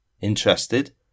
Interested